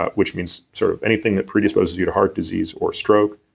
ah which means sort of anything that predisposes you to heart disease or stroke,